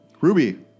Ruby